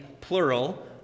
plural